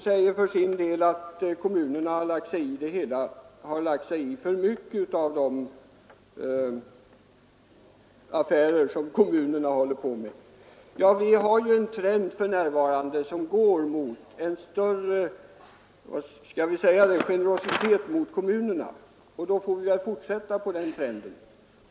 Herr Romanus säger att staten lagt sig för mycket i kommunernas affärer. Vi har en trend för närvarande till en större generositet gentemot kommunerna, och vi får väl fortsätta med den.